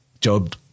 Job